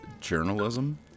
journalism